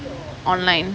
online